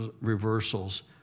reversals